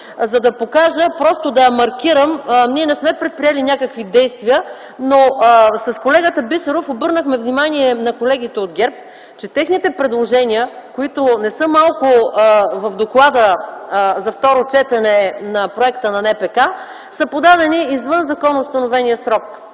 за да покажа, просто да я маркирам. Ние не сме предприели някакви действия, но с колегата Бисеров обърнахме внимание на колегите от ГЕРБ, че техните предложения, които не са малко в доклада за второ четене на проекта на НПК, са подадени извън законоустановения срок.